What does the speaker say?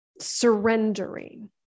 surrendering